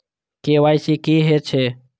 KYC की हे छे?